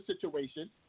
situation